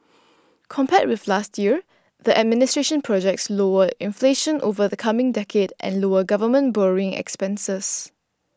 compared with last year the administration projects lower inflation over the coming decade and lower government borrowing expenses